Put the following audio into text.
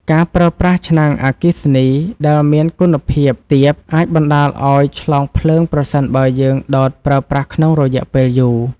ការប្រើប្រាស់ឆ្នាំងអគ្គិសនីដែលមានគុណភាពទាបអាចបណ្តាលឱ្យឆ្លងភ្លើងប្រសិនបើយើងដោតប្រើប្រាស់ក្នុងរយៈពេលយូរ។